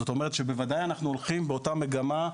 זאת אומרת שבוודאי אנחנו הולכים באותה מגמה,